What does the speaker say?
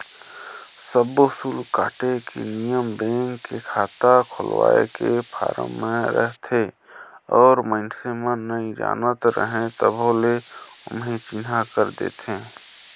सब्बो सुल्क काटे के नियम बेंक के खाता खोलवाए के फारम मे रहथे और मइसने मन नइ जानत रहें तभो ले ओम्हे चिन्हा कर देथे